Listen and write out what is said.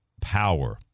power